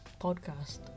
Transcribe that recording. podcast